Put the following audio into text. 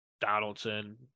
donaldson